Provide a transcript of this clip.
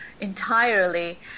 entirely